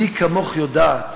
מי כמוך יודעת